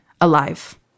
alive